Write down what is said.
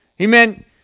Amen